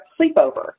sleepover